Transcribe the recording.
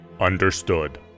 Understood